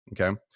Okay